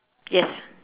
yes